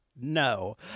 No